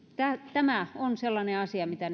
tämä on sellainen asia mitä